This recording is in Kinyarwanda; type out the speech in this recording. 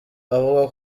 avuga